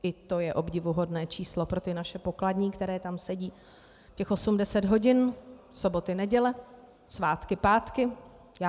I to je obdivuhodné číslo pro naše pokladní, které tam sedí těch osm deset hodin, soboty, neděle, svátky, pátky.